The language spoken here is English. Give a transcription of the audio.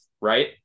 right